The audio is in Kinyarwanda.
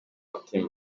mutima